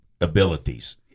abilities